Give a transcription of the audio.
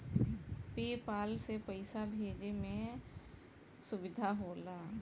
पे पाल से पइसा भेजे में सुविधा होला